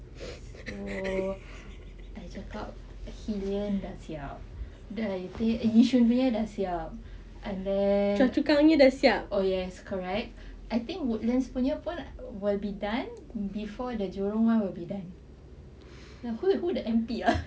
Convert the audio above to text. so I cakap hillion dah siap dan yishun punya dah siap and then ah yes correct I think woodlands punya pun will be done before the jurong [one] will be done who the M_P ah